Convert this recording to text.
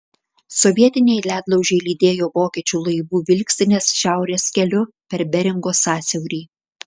sovietiniai ledlaužiai lydėjo vokiečių laivų vilkstines šiaurės keliu per beringo sąsiaurį